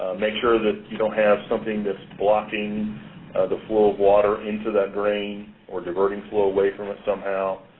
make sure that you don't have something that's blocking the flow of water into that drain or diverting flow away from it somehow.